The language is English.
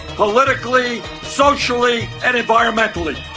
politically, socially and environmentally.